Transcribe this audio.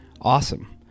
awesome